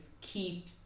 keep